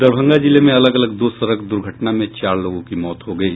दरभंगा जिले मे अलग अलग दो सड़क द्र्घटना मे चार लोगों की मौत हो गयी